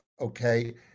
okay